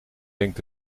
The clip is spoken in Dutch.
denkt